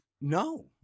No